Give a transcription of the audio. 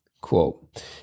Quote